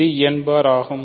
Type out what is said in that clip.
இது n bar ஆகும்